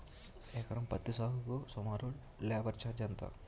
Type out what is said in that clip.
ఎకరం పత్తి సాగుకు సుమారు లేబర్ ఛార్జ్ ఎంత?